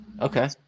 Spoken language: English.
okay